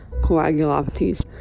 coagulopathies